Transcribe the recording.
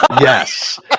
Yes